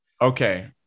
Okay